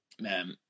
man